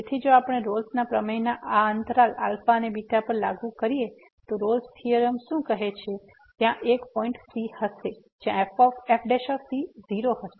તેથી જો આપણે રોલ્સRolle's પ્રમેયને આ અંતરાલ અને β પર લાગુ કરીએ તો રોલ્સRolle's થીયોરમ શું કહે છે ત્યાં એક પોઈન્ટ c હશે જ્યાં f 0 હશે